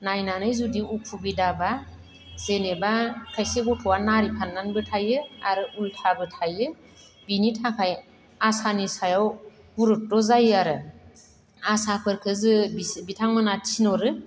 नायनानै जुदि उखुबिदाबा जेनेबा खायसे गथ'या नारि फाननानैबो थायो आरो उलथाबो थायो बिनि थाखाय आसानि सायाव गुरुथ' जायो आरो आसाफोरखो जो बिथांमोनहा थिनहरो